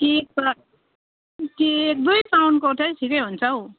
cake त cake दुई पाउन्डको चाहिँ ठिकै हुन्छ हौ